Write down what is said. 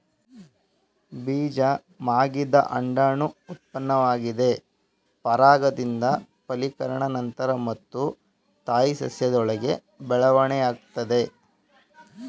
ಬೀಜ ಮಾಗಿದ ಅಂಡಾಣು ಉತ್ಪನ್ನವಾಗಿದೆ ಪರಾಗದಿಂದ ಫಲೀಕರಣ ನಂತ್ರ ಮತ್ತು ತಾಯಿ ಸಸ್ಯದೊಳಗೆ ಬೆಳವಣಿಗೆಯಾಗ್ತದೆ